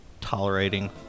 tolerating